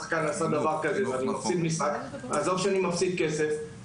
שחקן עשה דבר שכזה ואני מפסיד משחק אז אני מפסיד יוקרה.